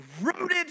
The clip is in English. rooted